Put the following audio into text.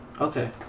Okay